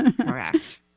Correct